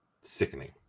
sickening